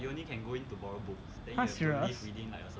!huh! serious